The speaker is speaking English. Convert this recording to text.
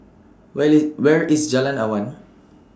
Where IT Where IS Jalan Awan